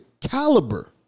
caliber